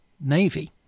navy